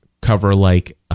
cover-like